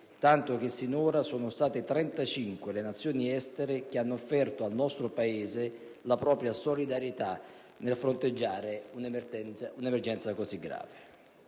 tanto che sinora sono state 35 le Nazioni che hanno offerto al nostro Paese la propria solidarietà nel fronteggiare un'emergenza così grave.